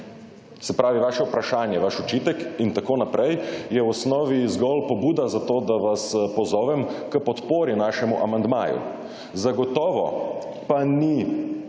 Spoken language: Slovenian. Se pravi, vaše vprašanje, vaš očitek je v osnovi zgolj pobuda za to, da vas pozovem k podpori našemu amandmaju. Zagotovo pa ni način